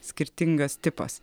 skirtingas tipas